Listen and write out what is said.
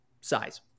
size